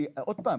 כי עוד פעם,